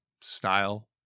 style